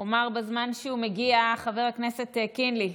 אומר בזמן שהוא מגיע, חבר הכנסת קינלי,